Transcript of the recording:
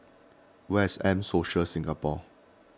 where is M Social Singapore